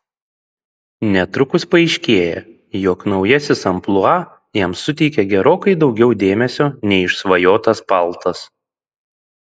netrukus paaiškėja jog naujasis amplua jam suteikia gerokai daugiau dėmesio nei išsvajotas paltas